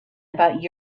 about